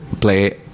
play